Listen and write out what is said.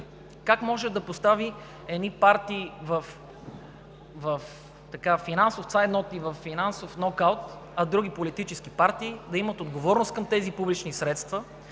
как може да постави едни партии във финансов нокаут, а други политически партии да имат отговорност към тези публични средства,